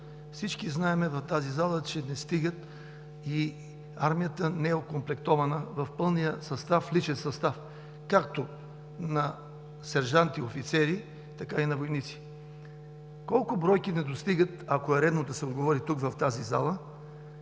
Всички в тази зала знаем, че армията не е окомплектована в пълния личен състав, както на сержанти и офицери, така и на войници. Колко бройки не достигат, ако е редно да се отговори в тази зала,